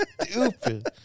Stupid